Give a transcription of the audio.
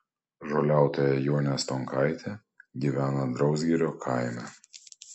žoliautoja jonė stonkaitė gyvena drausgirio kaime